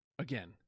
again